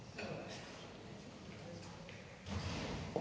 Tak